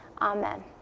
Amen